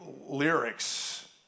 lyrics